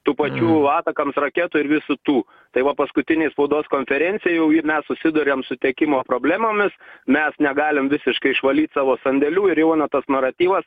tų pačių atakams raketų ir visų tų tai va paskutinėj spaudos konferencijoj jau ji mes susiduriam su tiekimo problemomis mes negalim visiškai išvalyt savo sandėlių ir jau eina tas naratyvas